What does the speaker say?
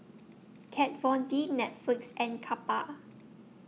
Kat Von D Netflix and Kappa